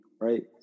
Right